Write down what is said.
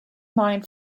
mind